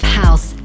house